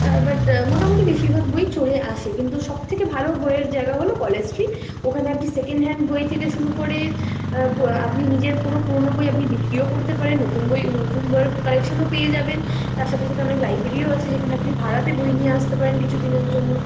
but মোটামুটি বেশিরভাগ বই চলে আসে কিন্তু সব থেকে ভালো বইয়ের জায়গা হলো কলেজ স্ট্রিট ওখানে আপনি সেকেন্ড হ্যান্ড বই থেকে শুরু করে আপনি নিজের কোনো পুরোনো বই আপনি বিক্রিও করতে পারেন নতুন বই নতুন বইয়ের কালেকশানওে যাব তার সাথে সাথে অনেক লাইব্রেরিও আছে যেখানে আপনি ভাড়াতে বই নিয়ে আসতে পারেন কিছু দিনের জন্য